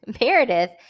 Meredith